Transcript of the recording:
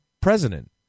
president